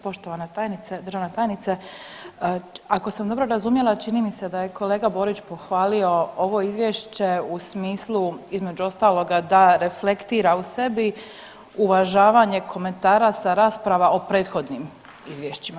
Poštovana tajnice, državna tajnice, ako sam dobro razumjela čini mi se da je kolega Borić pohvalio ovo izvješće u smislu između ostaloga da reflektira u sebi uvažavanje komentara sa rasprava o prethodnim izvješćima.